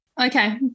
Okay